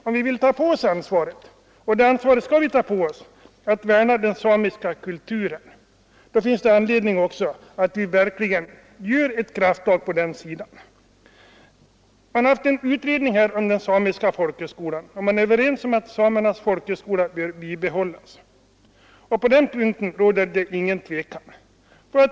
Om vi vill ta på oss ansvaret — och det skall vi göra — att värna den samiska kulturen, finns det också anledning att ta ett krafttag här. Det har gjorts en utredning om den samiska folkhögskolan, och den har kommit fram till att Samernas folkhögskola bör bibehållas. På den punkten råder det ingen tvekan.